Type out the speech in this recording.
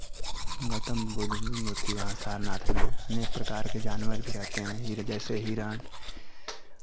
गौतम बुद्ध मूर्ति वहाँ सारनाथ में है अनेक प्रकार के जानवर भी रहते हैं हिर जैसे हिरण